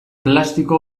plastiko